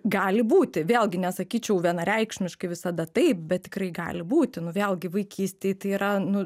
gali būti vėlgi nesakyčiau vienareikšmiškai visada taip bet tikrai gali būti nu vėlgi vaikystėj tai yra nu